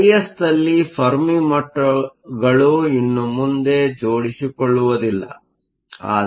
ಬಯಾಸ್ದಲ್ಲಿ Fermi ಮಟ್ಟಗಳು ಇನ್ನು ಮುಂದೆ ಜೋಡಿಸಿಕೊಳ್ಳುವುದಿಲ್ದ